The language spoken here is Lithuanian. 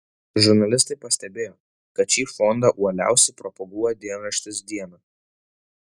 žurnalistai pastebėjo kad šį fondą uoliausiai propaguoja dienraštis diena